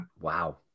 Wow